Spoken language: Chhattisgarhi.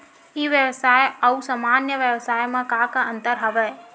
ई व्यवसाय आऊ सामान्य व्यवसाय म का का अंतर हवय?